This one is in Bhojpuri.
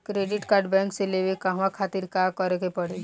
क्रेडिट कार्ड बैंक से लेवे कहवा खातिर का करे के पड़ी?